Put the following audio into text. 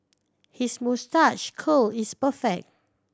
his moustache curl is perfect